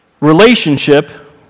Relationship